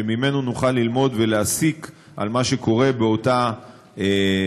כך שנוכל ללמוד ממנו ולהסיק על מה שקורה באותה משפחה.